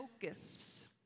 focus